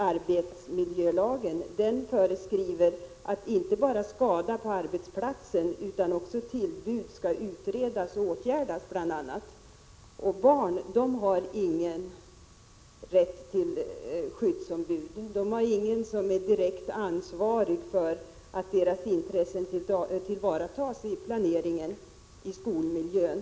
Arbetsmiljölagen föreskriver bl.a. att inte bara skador som inträffar på arbetsplatsen utan också tillbud skall utredas och åtgärdas. Barn har ingen rätt till skyddsombud. De har ingen som är direkt ansvarig för att deras intressen tillvaratas i planeringen, i skolmiljön.